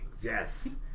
yes